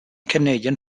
canadian